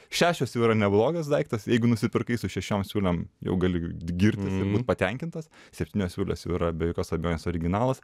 šešios jau yra neblogas daiktas jeigu nusipirkai su šešiom siūlėm jau gali girtis ir būt patenkintas septynios siūlės jau yra be jokios abejonės originalas